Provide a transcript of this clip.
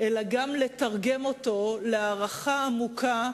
אלא גם לתרגם אותו להערכה עמוקה,